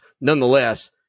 Nonetheless